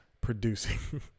producing